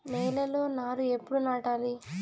నేలలో నారు ఎప్పుడు నాటాలి?